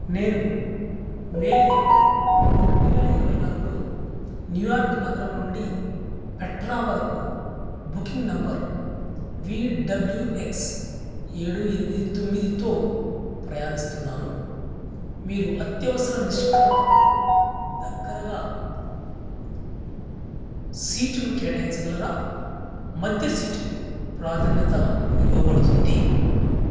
నేను మే ఇరవై రెండు వేల ఇరవై నాలుగులో న్యూ యార్క్ నగరం నుండి పెట్రా వరకు booking number V W X ఏడు ఎనిమిది తొమ్మిదితో ప్రయాణిస్తున్నాను మీరు అత్యవసర నిష్క్రమణకు దగ్గరగా సీటును కేటాయించగలరా మధ్య సీటుకు ప్రాధాన్యత ఇవ్వబడుతుంది